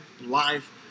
live